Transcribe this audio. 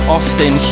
Austin